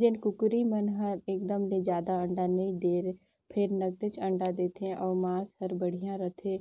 जेन कुकरी मन हर एकदम ले जादा अंडा नइ दें फेर नगदेच अंडा देथे अउ मांस हर बड़िहा रहथे